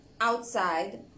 outside